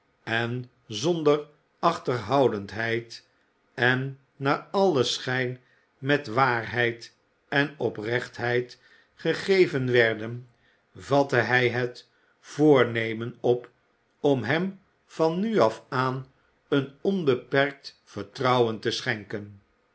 en zonder achterhoudendheid en naar allen schijn met waarheid en oprechtheid gegeven werden vatte hij het voornemen op om hem van nu af aan een onbeperkt vertrouwen te schenken